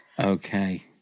Okay